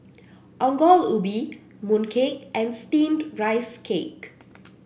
Ongol Ubi Mooncake and steamed Rice Cake